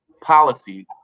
policy